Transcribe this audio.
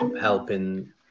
helping